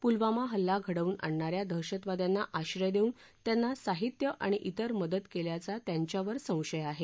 पुलवामा हल्ला घडवून आणणाऱ्या दहशतवाद्यांना आश्रय देऊन त्यांना साहित्य आणि इतर मदत केल्याचा त्यांच्यावर संशय आहे